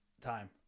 time